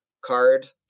card